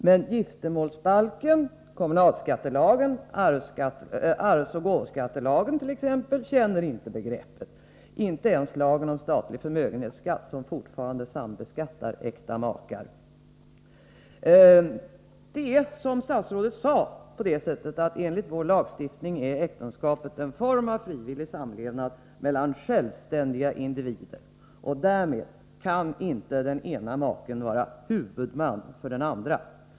Men giftermålsbalken, kommunalskattelagen och arvsoch gåvoskattelagen t.ex. känner inte begreppet. Det gör inte ens lagen om statlig förmögenhetsskatt, som fortfarande sambeskattar äkta makar. Det är, som statsrådet sade, på det sättet att enligt vår lagstiftning är äktenskapet en form av frivillig samlevnad mellan självständiga individer. Därmed kan inte den ene maken vara ”huvudman” för den andre.